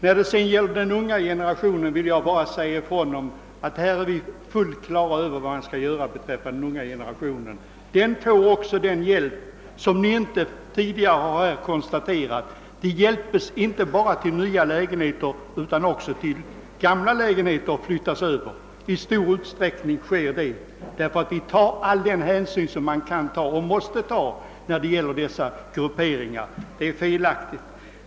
När det gäller den unga generationen är vi helt på det klara med vad vi skall göra. De unga får hjälp, också sådan hjälp som man här tidigare inte nämnt; de hjälps inte bara till nya lägenheter utan också till gamla lägenheter. Vi tar all den hänsyn man kan och måste ta när det gäller dessa grupper. Att påstå någonting annat är felaktigt.